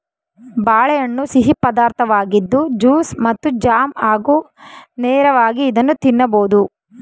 ಬಾಳೆಹಣ್ಣು ಸಿಹಿ ಪದಾರ್ಥವಾಗಿದ್ದು ಜ್ಯೂಸ್ ಮತ್ತು ಜಾಮ್ ಹಾಗೂ ನೇರವಾಗಿ ಇದನ್ನು ತಿನ್ನಬೋದು